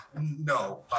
No